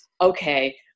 okay